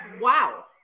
Wow